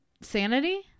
Sanity